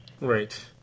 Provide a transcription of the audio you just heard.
Right